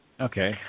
Okay